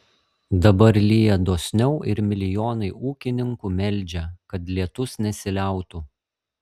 dabar lyja dosniau ir milijonai ūkininkų meldžia kad lietus nesiliautų